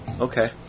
Okay